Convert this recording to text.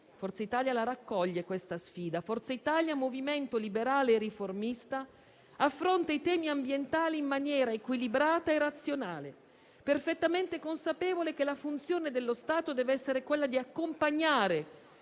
Forza Italia raccoglie questa sfida; Forza Italia, movimento liberale e riformista, affronta i temi ambientali in maniera equilibrata e razionale, perfettamente consapevole che la funzione dello Stato deve essere quella di accompagnare